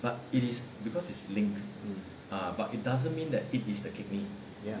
ya